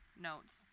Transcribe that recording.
notes